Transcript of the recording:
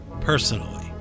personally